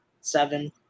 seven